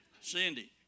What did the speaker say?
Cindy